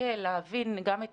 להסתכל ולהבין גם את